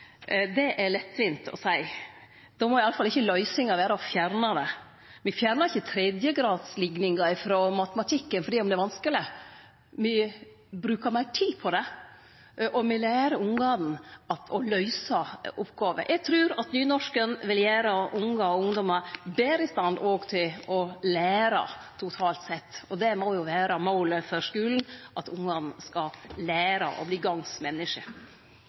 Det er lettvint å seie. Då må i alle fall ikkje løysinga vere å fjerne det. Me fjernar ikkje tredjegradslikningar frå matematikken sjølv om det er vanskeleg. Me brukar meir tid på det, og me lærer ungane å løyse oppgåver. Eg trur nynorsk òg vil gjere ungar og ungdommar betre i stand til å lære, totalt sett. Det må jo vere målet for skulen – at ungane skal lære og bli